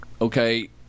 okay